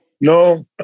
No